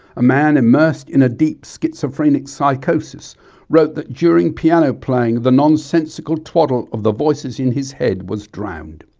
a man immersed in a deep so schizophrenic psychosis wrote that during piano playing the nonsensical twaddle of the voices in his head was drowned.